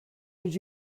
did